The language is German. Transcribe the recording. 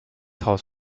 haus